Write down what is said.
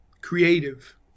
creative